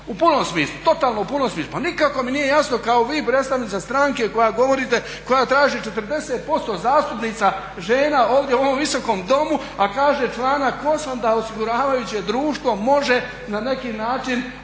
u punom smislu, totalno punom smislu. Pa nikako mi nije jasno kao vi predstavnica stranke koja govorite, koja traži 40% zastupnica žena ovdje u ovom Visokom domu, a kaže članak 8. da osiguravajuće društvo može na neki način